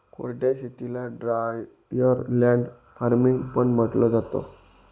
कोरड्या शेतीला dryer land farming पण म्हंटलं जातं